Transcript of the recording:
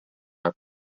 are